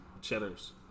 Cheddars